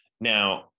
Now